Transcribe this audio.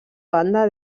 banda